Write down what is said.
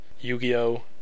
Yu-Gi-Oh